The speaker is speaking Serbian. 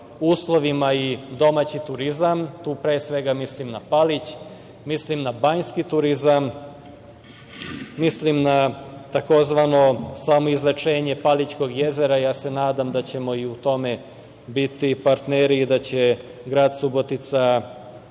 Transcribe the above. uslovima i domaći turizam. Tu, pre svega, mislim na Palić, mislim na banjski turizam, mislim na tzv. samoizlečenje Palićkog jezera. Ja se nadam da ćemo i u tome biti partneri i da će grad Subotica